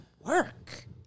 work